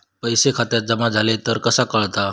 पैसे खात्यात जमा झाले तर कसा कळता?